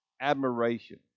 admiration